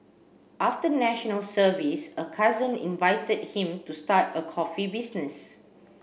after National Service a cousin invited him to start a coffee business